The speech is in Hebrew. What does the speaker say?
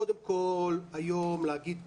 קודם כל, היום, להגיד כיבוש,